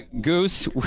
Goose